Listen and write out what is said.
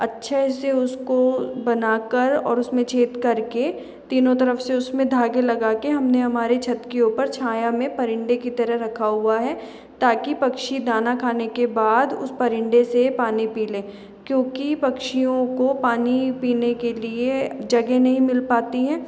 अच्छे से उसको बनाकर और उसमें छेद कर के तीनों तरफ से उसमें धागे लगाके हमने हमारी छत के ऊपर छाँया में परिंदे की तरहें रखा हुआ है ताकि पक्षी दाना खाने के बाद उस परिंदे से पानी पी ले क्योंकि पक्षिओं को पानी पीने के लिए जगह नहीं मिल पाती है